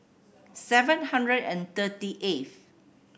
seven hundred and thirty eighth